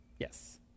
Yes